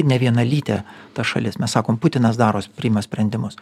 nevienalytė ta šalis mes sakom putinas daro priima sprendimus